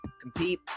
Compete